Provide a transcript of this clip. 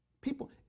People